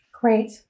Great